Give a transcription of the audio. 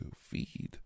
feed